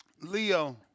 Leo